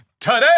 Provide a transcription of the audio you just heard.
Today